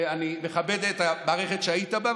אני מכבד את המערכת שהיית בה,